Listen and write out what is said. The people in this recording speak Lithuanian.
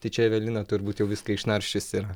tai čia evelina turbūt jau viską išnarsčiusi yra